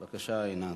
בבקשה, עינת,